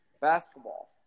basketball